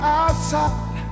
outside